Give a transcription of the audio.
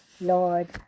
Lord